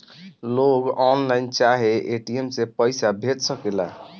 लोग ऑनलाइन चाहे ए.टी.एम से पईसा भेज सकेला